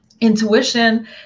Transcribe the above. intuition